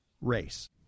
race